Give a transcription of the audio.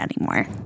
anymore